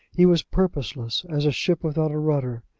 he was purposeless, as a ship without a rudder,